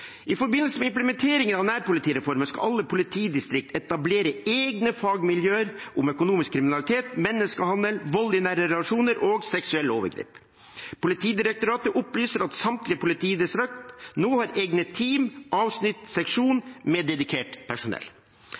I forbindelse med implementeringen av nærpolitireformen skal alle politidistrikter etablere egne fagmiljøer om økonomisk kriminalitet, menneskehandel, vold i nære relasjoner og seksuelle overgrep. Politidirektoratet opplyser at samtlige politidistrikter nå har egne team, avsnitt, seksjoner – med dedikert personell.